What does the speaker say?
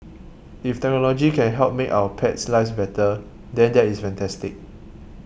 if technology can help make our pets lives better than that is fantastic